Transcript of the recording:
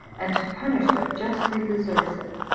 and to punish what justly deserves it,